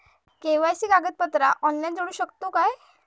KYC कागदपत्रा online जोडू शकतू का?